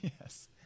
yes